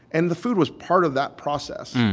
and the food was part of that process,